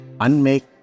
unmake